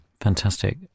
fantastic